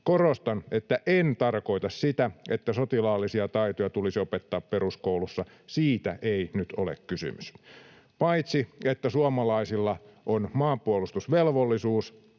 Korostan, että en tarkoita sitä, että sotilaallisia taitoja tulisi opettaa peruskoulussa, siitä ei nyt ole kysymys. Paitsi että suomalaisilla on maanpuolustusvelvollisuus,